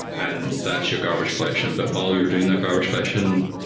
and that's your garbage collection. but while you're doing that garbage collection,